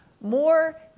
more